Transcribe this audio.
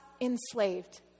enslaved